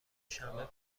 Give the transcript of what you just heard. شنبه